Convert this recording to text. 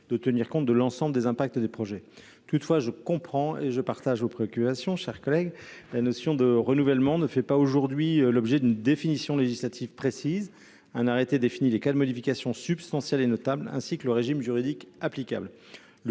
de tenir compte de l'ensemble des impacts des projets. Toutefois, je comprends et je partage vos préoccupations, mon cher collègue. La notion de renouvellement ne fait pas encore l'objet d'une définition législative précise ; un arrêté définit les cas de modification substantielle et notable, ainsi que le régime juridique applicable.